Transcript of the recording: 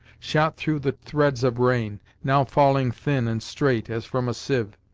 shot through the threads of rain now falling thin and straight, as from a sieve,